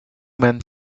men